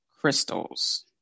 crystals